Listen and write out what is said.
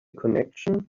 connection